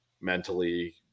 mentally –